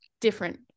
different